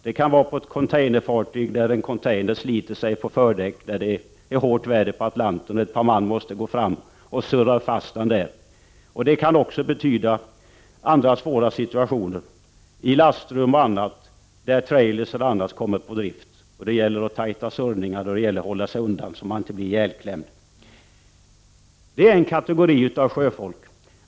Det kan vara på ett containerfartyg där en container sliter sig på fördäck i hårt väder på Atlanten och ett par man måste surra fast den. Det finns också andra svåra situationer, i lastrum och annat, där bl.a. trailer kan komma på drift och det gäller att tajta surrningar och hålla sig undan så att man inte blir ihjälklämd. Detta gäller för en viss kategori av sjöfolk.